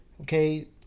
Okay